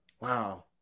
Wow